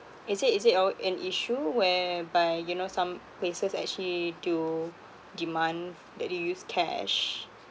is it is it or an issue whereby you know some places actually do demand that you use cash